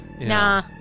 Nah